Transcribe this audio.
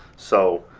so.